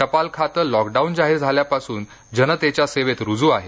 टपाल खाते लॉकडाऊन जाहीर झाल्यापासून जनतेच्या सेवेत रुजू आहे